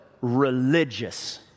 religious